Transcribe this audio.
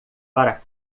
para